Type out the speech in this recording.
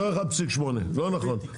לא 1.8. לא נכון.